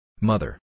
Mother